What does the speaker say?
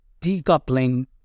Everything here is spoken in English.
decoupling